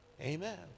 Amen